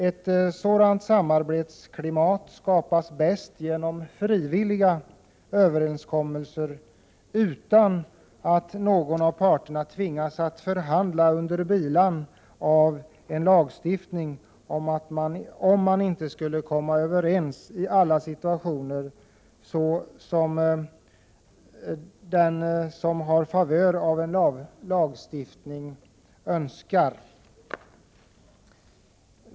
Ett sådant samarbetsklimat skapas bäst genom frivilliga överenskommelser, utan att någon av parterna tvingas att förhandla under bilan av en lagstiftning, om man inte skulle komma överens i alla situationer såsom den som har favör av en lagstiftning önskar.